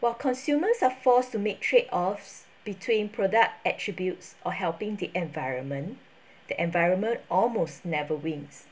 while consumers are forced to make trade offs between product attributes or helping the environment the environment almost never wins